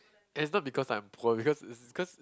and it's not because I'm poor because is cause